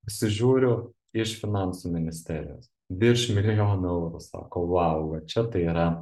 pasižiūriu iš finansų ministerijos virš milijono eurų sako vau va čia tai yra